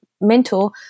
mentor